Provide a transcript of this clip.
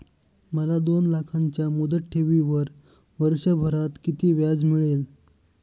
मला दोन लाखांच्या मुदत ठेवीवर वर्षभरात किती व्याज मिळेल?